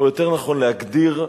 או יותר נכון להגדיר: